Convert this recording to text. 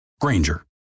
Granger